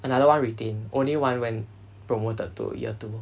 another one retain only one went promoted to year two